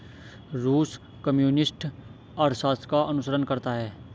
रूस कम्युनिस्ट अर्थशास्त्र का अनुसरण करता है